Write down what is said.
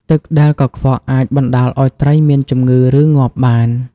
ទឹកដែលកខ្វក់អាចបណ្តាលឲ្យត្រីមានជំងឺ ឬងាប់បាន។